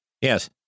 yes